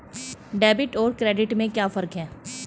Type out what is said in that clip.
Debit और credit में क्या फर्क है?